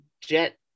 jet